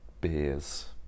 beers